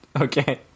Okay